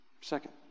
Second